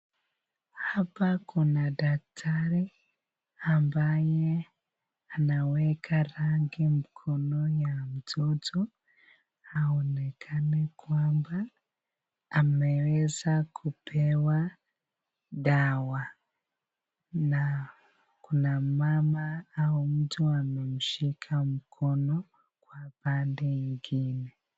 Hapa kuna daktari ambaye anaweza rangi mkono ya mtoto, aonekane kwamba ameweza kupewa dawa, na kuna mama au mtoto ameweza kunshika mkono kwa pande ingine.